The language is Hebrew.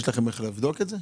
יש להם איך לבדוק את זה?